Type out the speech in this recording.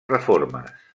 reformes